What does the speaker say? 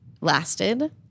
lasted